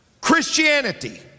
Christianity